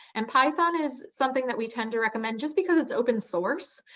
and python is something that we tend to recommend just because it's open-source.